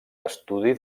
estudi